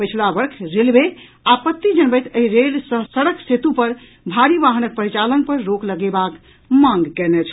पछिला वर्ष रेलवे आपत्ति जनबैत एहि रेल सह सड़क सेतु पर भारी वाहन क परिचालन पर रोक लगेबाक मांग कयने छल